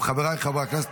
חבריי חברי הכנסת,